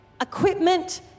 equipment